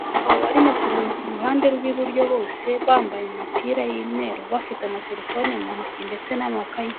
Abagabo barimo kureba ku ruhande rw'iburyo bose bambaye imipira y'umweru, bafite amaterefone mu ntoki ndetse n'amakaye,